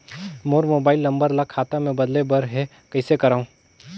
मोर mobile number ल खाता मे बदले बर हे कइसे करव?